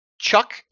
Chuck